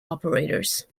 operators